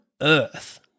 earth